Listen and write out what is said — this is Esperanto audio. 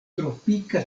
tropika